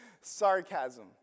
sarcasm